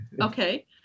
Okay